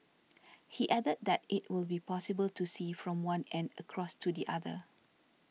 he added that it will be possible to see from one end across to the other